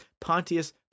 Pontius